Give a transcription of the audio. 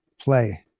play